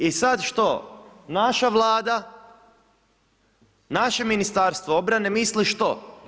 I sad što, naša Vlada, naše Ministarstvo obrane misli što?